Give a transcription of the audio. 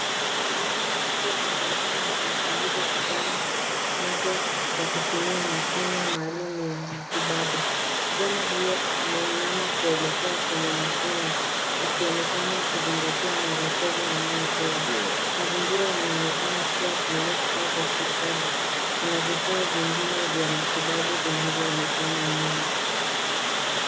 Mtaalam wa afya anaonekana akimchuguza kijana macho kwa kutumia mashine maalum ya matibabu. Kijana huyo ameinama kuelekea kwenye mashine akionekana kuzingatia maelekezo anayopewa. Mazingira yanaonekana kuwa kliniki au hospitali. kuana vifaa vingine vya matitababu zinavyoonekana nyuma.